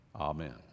amen